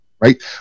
right